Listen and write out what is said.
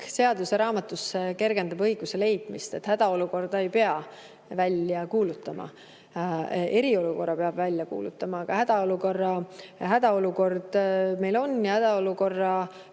seaduseraamatusse kergendab õiguse leidmist: hädaolukorda ei pea välja kuulutama. Eriolukorra peab välja kuulutama. Aga hädaolukord meil on ja Politsei‑